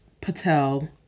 Patel